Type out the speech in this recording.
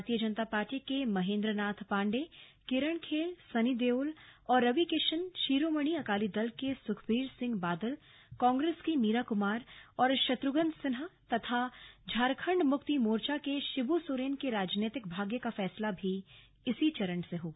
Bharatiya Janata party के महेंद्रनाथ पांडेय किरण खेर सनी देओल और रविकिशन शिरोमणि अकाली दल के सुखबीर सिंह बादल कांग्रेस की मीरा कुमार और शत्रुघ्न सिन्हा तथा झारखंड मुक्ति मोर्चा के शिबु सोरेन के राजनीतिक भाग्य का फैसला भी इसी चरण से होगा